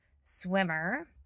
swimmer